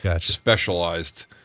specialized